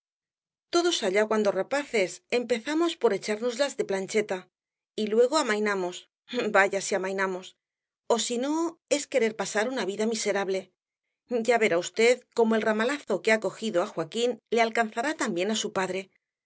todos allá cuando rapaces empezamos por echárnoslas de plancheta y luego amainamos vaya si amainamos o si no es querer pasar una vida miserable ya verá v como el ramalazo que ha cogido á joaquín le alcanzará también á su padre